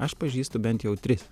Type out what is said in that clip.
aš pažįstu bent jau tris